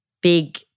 big